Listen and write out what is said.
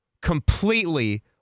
completely